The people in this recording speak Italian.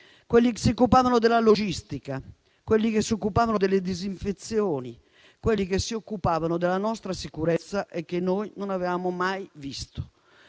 quelli che si occupavano della logistica, quelli che si occupavano delle disinfezioni o quelli che si occupavano della nostra sicurezza e che noi non avevamo mai visto.